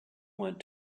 want